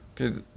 Okay